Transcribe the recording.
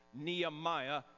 Nehemiah